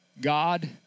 God